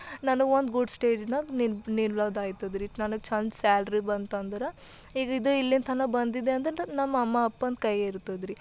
ನನಗೆ ಒಂದು ಗುಡ್ ಸ್ಟೇಜಿನಾಗ ನಿಂತ್ ನಿಲ್ಲೋದಾಯ್ತದ್ರೀ ನನಗೆ ಛಂದ್ ಸ್ಯಾಲ್ರಿ ಬಂತಂದ್ರೆ ಈಗ ಇದು ಇಲ್ಲಿಂದ ತನಕ ಬಂದಿದೆ ಅಂದ್ರೆ ನಮ್ಮ ಅಮ್ಮ ಅಪ್ಪನ ಕೈ ಇರ್ತದ ರೀ